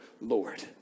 Lord